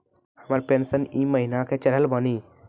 हमर पेंशन ई महीने के चढ़लऽ बानी?